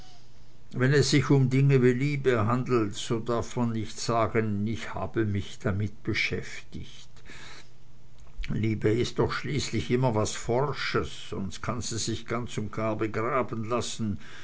wenn es sich um dinge wie liebe handelt so darf man nicht sagen ich habe mich damit beschäftigt liebe ist doch schließlich immer was forsches sonst kann sie sich ganz und gar begraben lassen